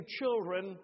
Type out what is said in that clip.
children